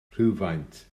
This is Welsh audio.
rhywfaint